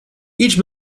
each